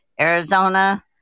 Arizona